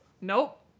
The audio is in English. Nope